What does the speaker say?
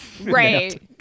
Right